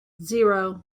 zero